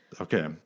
Okay